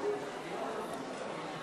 גברתי היושבת-ראש,